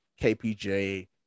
KPJ